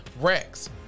Rex